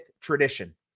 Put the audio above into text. tradition